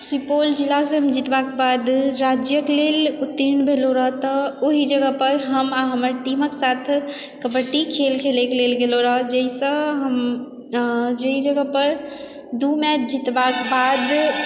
सुपौल जिलासँ हम जीतलाक बाद राज्यके लेल उत्तीर्ण भेलहुँ रहऽ तऽ ओहि जगहपर हम आओर हमर टीमक साथ कबड्डी खेल खेलैएके लेल गेलहुँ रहऽ जाहिसँ हम जाहि जगहपर दू टा मैच जीतलाक बाद